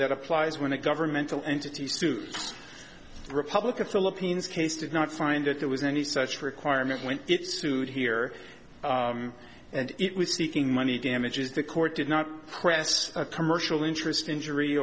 that applies when a governmental entity sues republican philippines case did not find that there was any such requirement when it sued here and it was seeking money damages the court did not press a commercial interest injury